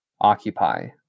occupy